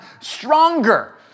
stronger